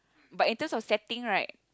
but in terms of setting right